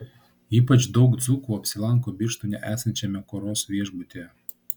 ypač daug dzūkų apsilanko birštone esančiame koros viešbutyje